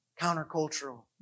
countercultural